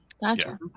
gotcha